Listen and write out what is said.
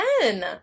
ten